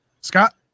Scott